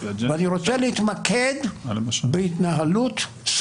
אין מקבילה במשפט המשווה להתערבות של